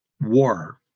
war